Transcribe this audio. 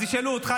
אז ישאלו אותך,